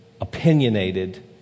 opinionated